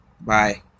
Bye